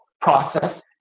process